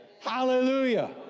Hallelujah